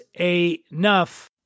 enough